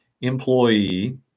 employee